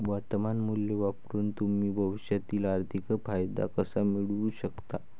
वर्तमान मूल्य वापरून तुम्ही भविष्यातील आर्थिक फायदा कसा मिळवू शकता?